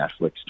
netflix